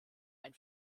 ein